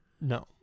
No